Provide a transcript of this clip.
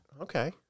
Okay